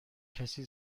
کسی